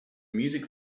music